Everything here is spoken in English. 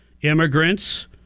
immigrants